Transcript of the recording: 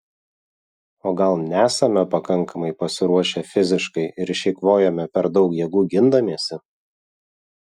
o gal nesame pakankamai pasiruošę fiziškai ir išeikvojome per daug jėgų gindamiesi